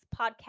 podcast